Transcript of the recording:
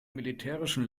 militärischen